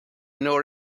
nor